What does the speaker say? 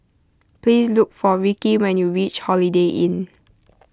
please look for Rickie when you reach Holiday Inn